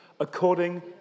according